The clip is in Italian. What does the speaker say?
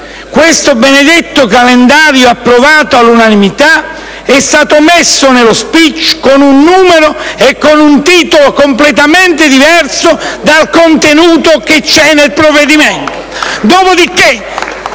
Questo benedetto calendario approvato all'unanimità è stato inserito nello *speech* con un numero e un titolo completamente diverso dal contenuto del provvedimento.